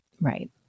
Right